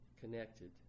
connected